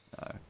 No